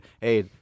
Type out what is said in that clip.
hey –